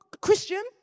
Christian